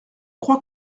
crois